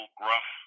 gruff